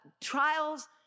trials